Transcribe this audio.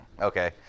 okay